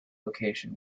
location